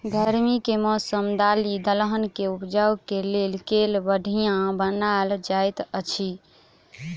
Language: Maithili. गर्मी केँ मौसम दालि दलहन केँ उपज केँ लेल केल बढ़िया मानल जाइत अछि?